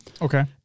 Okay